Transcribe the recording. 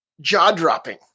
jaw-dropping